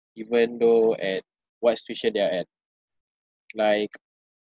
even though at what situation they are at like